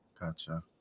Gotcha